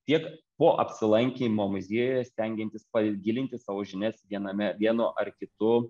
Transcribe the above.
tiek po apsilankymo muziejuje stengiantis pagilinti savo žinias viename vieno ar kitu